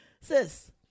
Sis